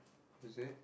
is it